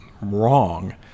wrong